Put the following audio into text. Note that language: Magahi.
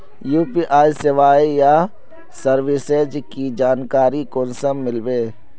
यु.पी.आई सेवाएँ या सर्विसेज की जानकारी कुंसम मिलबे?